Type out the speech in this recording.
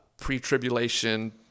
pre-tribulation